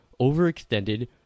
overextended